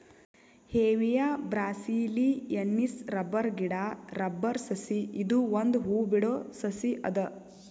Hevea brasiliensis rubber ಗಿಡಾ rubber ಸಸಿ ಇದು ಒಂದ್ ಹೂ ಬಿಡೋ ಸಸಿ ಅದ